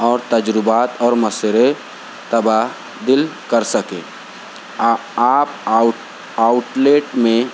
اور تجربات اور مشورے تبادلہ کر سکے آپ آؤٹ آؤٹلیٹ میں